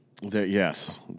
Yes